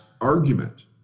argument